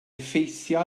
effeithio